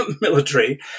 military